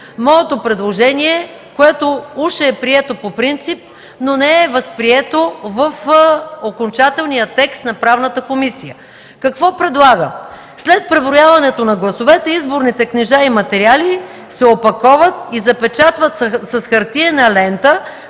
моето предложение, което уж е прието по принцип, не е възприето в окончателния текст на Правната комисия. Какво предлагам? След преброяването на гласовете изборните книжа и материали се опаковат и запечатват с хартиена лента,